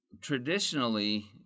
traditionally